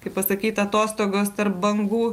kaip pasakyt atostogos tarp bangų